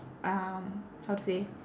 um how to say